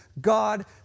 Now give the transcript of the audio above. God